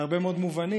בהרבה מאוד מובנים,